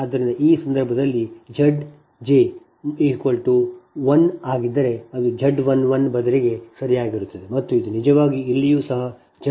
ಆದ್ದರಿಂದ ಈ ಸಂದರ್ಭದಲ್ಲಿ Z j 1 ಆಗಿದ್ದರೆ ಅದು Z 11 ಬದಲಿಗೆ ಸರಿಯಾಗಿರುತ್ತದೆ ಮತ್ತು ಇದು ನಿಜವಾಗಿ ಇಲ್ಲಿಯೂ ಸಹ ಇದು Z 11 ಆಗಿರುತ್ತದೆ